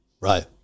Right